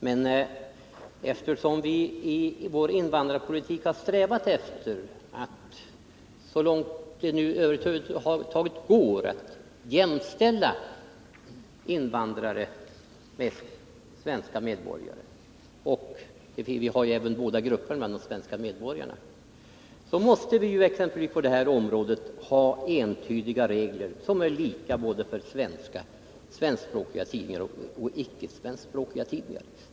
Men eftersom vi i vår invandrarpolitik har strävat efter att så långt det nu över huvud taget går jämställa invandrare med svenska medborgare — vi har f. ö. båda grupperna bland svenska medborgare — måste vi även på detta område ha entydiga regler som är lika för både svenskspråkiga tidningar och icke svenskspråkiga tidningar.